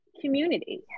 community